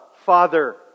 Father